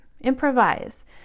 improvise